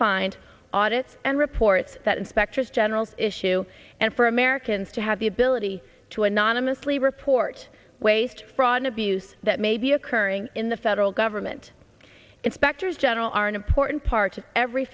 find audit and reports that inspectors general issue and for americans to have the ability to anonymously report waste fraud and abuse that may be occurring in the federal government inspectors general are an important part of every